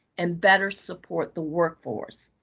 and better support the workforce.